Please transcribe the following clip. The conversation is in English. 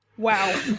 Wow